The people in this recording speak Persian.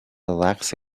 رقص